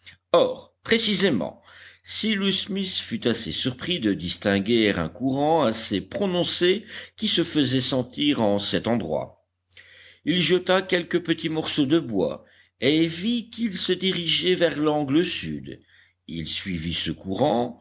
or précisément cyrus smith fut assez surpris de distinguer un courant assez prononcé qui se faisait sentir en cet endroit il jeta quelques petits morceaux de bois et vit qu'ils se dirigeaient vers l'angle sud il suivit ce courant